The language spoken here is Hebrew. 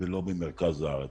ולא במרכז הארץ.